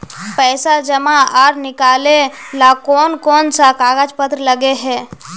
पैसा जमा आर निकाले ला कोन कोन सा कागज पत्र लगे है?